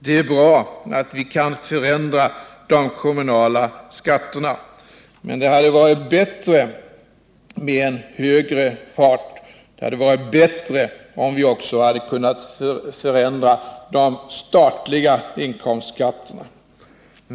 Det är bra att vi kan förändra de kommunala skatterna. Men det hade varit bättre med en högre fart. Det hade varit bättre om vi också hade kunnat förändra de statliga inkomstskatterna.